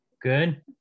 good